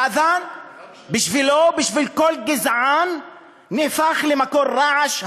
האד'אן בשבילו ובשביל כל גזען נהפך למקור רעש,